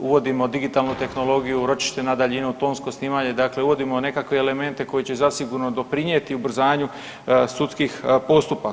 uvodimo digitalnu tehnologiju, ročište na daljinu, tonsko snimanje, dakle uvodimo nekakve elemente koji će zasigurno doprinijeti ubrzanju sudskih postupaka.